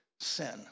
sin